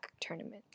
tournament